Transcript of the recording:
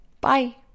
Bye